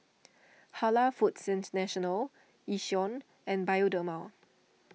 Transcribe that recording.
Halal Foods International Yishion and Bioderma